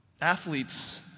Athletes